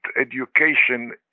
education